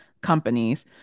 companies